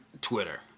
Twitter